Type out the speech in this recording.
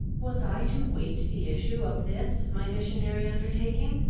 was i to wait the issue of this my missionary undertaking,